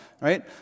right